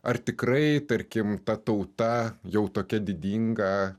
ar tikrai tarkim ta tauta jau tokia didinga